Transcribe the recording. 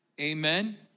Amen